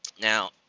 Now